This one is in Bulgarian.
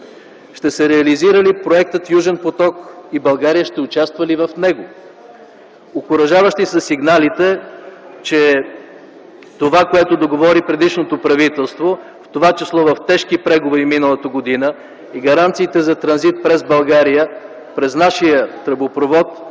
Ще се реализира ли проектът „Южен поток” и България ще участва ли в него? Окуражаващи са сигналите, че това, което договори предишното правителство, в това число в тежки преговори миналата година, и гаранциите за транзит през България през нашия тръбопровод,